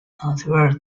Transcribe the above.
answered